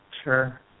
Sure